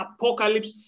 apocalypse